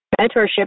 mentorship